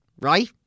Right